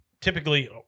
typically